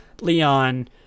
Leon